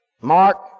Mark